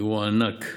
אירוע ענק,